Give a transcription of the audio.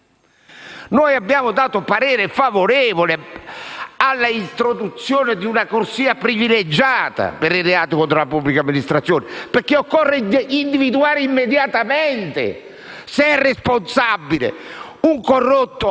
Noi abbiamo dato parere favorevole all'introduzione di un corsia privilegiata per i reati contro la pubblica amministrazione perché occorre individuare immediatamente se è responsabile un corrotto.